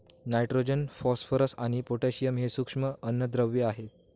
nitrogen, phosphorus आणि potassium हे सूक्ष्म अन्नद्रव्ये आहेत